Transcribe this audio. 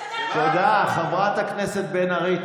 תודה, חברת הכנסת בן ארי.